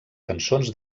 cançons